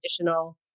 additional